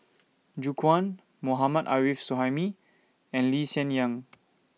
Gu Juan Mohammad Arif Suhaimi and Lee Hsien Yang